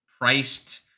Priced